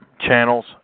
channels